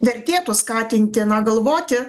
vertėtų skatinti na galvoti